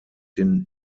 den